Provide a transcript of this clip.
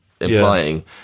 implying